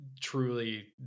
truly